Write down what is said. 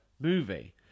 movie